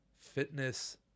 fitness